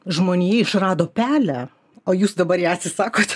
žmonija išrado pelę o jūs dabar ją atsisakot